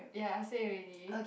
ya I say already